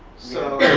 so